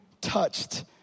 touched